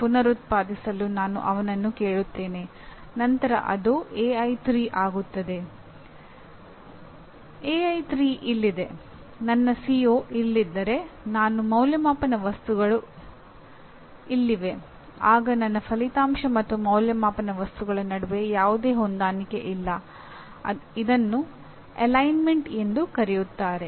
ಉದಾಹರಣೆಗೆ CO3 ಮತ್ತು ಐಎ3 ಎಂದು ಕರೆಯುತ್ತಾರೆ